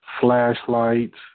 flashlights